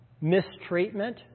mistreatment